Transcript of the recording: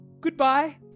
Goodbye